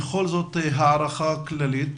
ובכל זאת, בהערכה כללית,